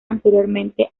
anteriormente